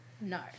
No